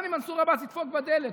גם אם מנסור עבאס ידפוק בדלת,